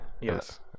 Yes